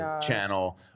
channel